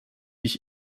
ich